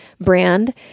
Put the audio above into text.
brand